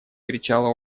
кричала